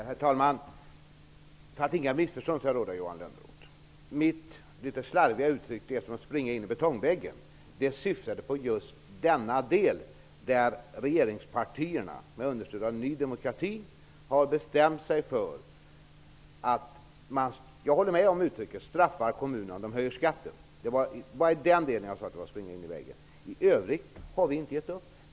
Herr talman! För att inga missförstånd skall råda, Johan Lönnroth, vill jag säga följande. Mitt litet slarviga uttryck, att det är som att springa in i betongväggen, syftade på den delen där regeringspartierna, med understöd av Ny demokrati, har bestämt sig för att straffa kommunerna om de höjer skatten. Jag håller med om att man kan använda uttrycket straffa. Det var i den delen jag sade att det var som att springa in i väggen. I övrigt har vi inte gett upp.